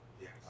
Yes